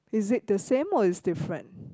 is it the same or is it different